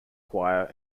choir